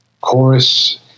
chorus